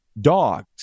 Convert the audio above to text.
dogs